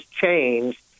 changed